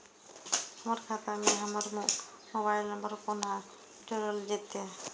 हमर खाता मे हमर मोबाइल नम्बर कोना जोरल जेतै?